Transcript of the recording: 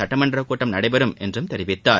சட்டமன்ற கூட்டம் நடைபெறும் என்றும் தெரிவித்தார்